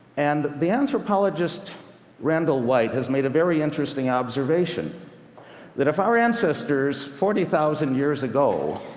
and the anthropologist randall white has made a very interesting observation that if our ancestors forty thousand years ago